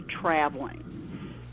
traveling